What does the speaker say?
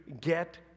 get